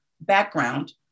background